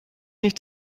nicht